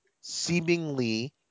seemingly